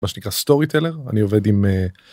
מה שנקרא סטורי טלר אני עובד עם.